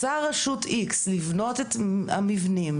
רוצה רשות איקס לבנות את המבנים,